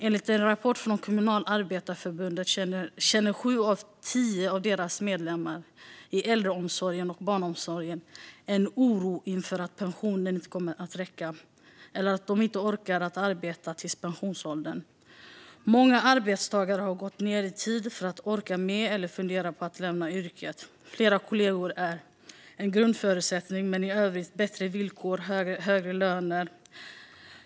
Enligt en rapport från Kommunalarbetareförbundet känner sju av tio av deras medlemmar i äldreomsorgen och barnomsorgen en oro inför att pensionen inte kommer att räcka eller att de inte kommer att orka arbeta fram till pensionsåldern. Många arbetstagare har gått ned i tid för att orka med eller funderar på att lämna yrket. Flera kollegor är en grundförutsättning men det behövs också bättre villkor och högre löner.